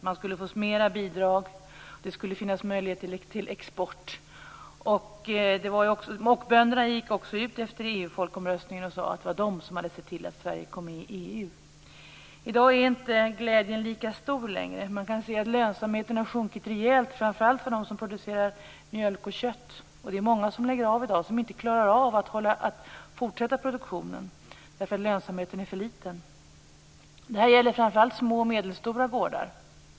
Man skulle få mera i bidrag och det skulle finnas möjligheter till export. Mockbönderna gick ju efter EU folkomröstningen ut och sade att det var de som hade sett till att Sverige kom med i EU. I dag är glädjen inte lika stor som då. Man kan se att lönsamheten har sjunkit rejält, framför allt för dem som producerar mjölk och kött. Det är många som i dag lägger av med produktionen därför att de på grund av för liten lönsamhet inte klarar av att fortsätta med den. Detta gäller framför allt små och medelstora gårdar.